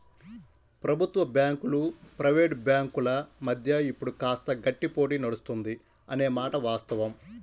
ప్రభుత్వ బ్యాంకులు ప్రైవేట్ బ్యాంకుల మధ్య ఇప్పుడు కాస్త గట్టి పోటీ నడుస్తుంది అనే మాట వాస్తవం